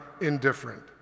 indifferent